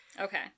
Okay